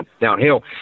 downhill